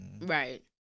Right